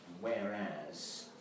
whereas